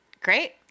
Great